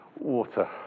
water